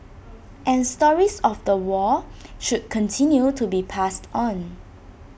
and stories of the war should continue to be passed on